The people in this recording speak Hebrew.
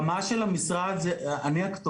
ברמה של המשרד לשוויון חברתי אני הכתובת,